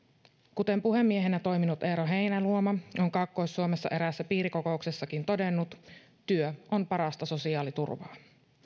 kuten puhemiehenä toiminut eero heinäluoma on kaakkois suomessa eräässä piirikokouksessakin todennut työ on parasta sosiaaliturvaa